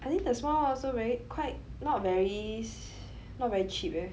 I think the small one also very quite not very not very cheap eh